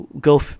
Go